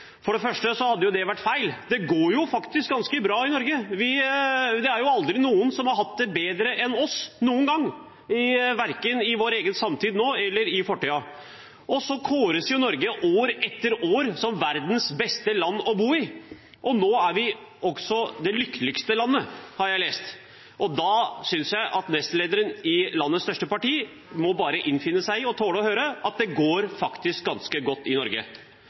For det første hadde det vært feil. Det går faktisk ganske bra i Norge. Det er aldri noen som har hatt det bedre enn oss noen gang verken i vår egen samtid eller i fortiden. Og Norge kåres år etter år til verdens beste land å bo i. Nå er vi også det lykkeligste landet, har jeg lest. Da synes jeg at nestlederen i landets største parti bare må finne seg i og tåle å høre at det faktisk går ganske godt i Norge.